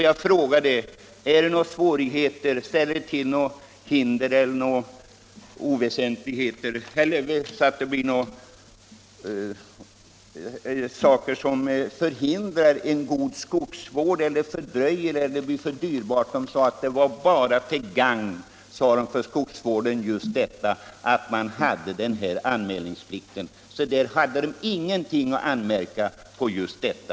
Jag visste att problemet var aktuellt även i Finland och ville därför ta reda på hur det förhöll sig där. Jag frågade därför om den anmälningsplikt man har i Finland ställer till några svårigheter,